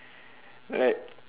like